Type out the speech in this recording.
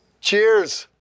Cheers